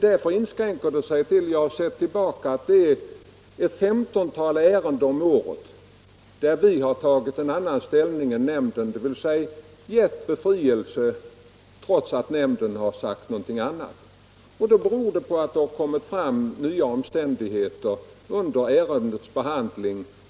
Därför inskränker sig antalet ärenden där departementet tar en annan ställning än nämnden och ger befrielse till ca 15 om året. Departementets ställningstaganden i dessa fall beror på att det kommit fram nya omständigheter under ärendets behandling.